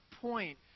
point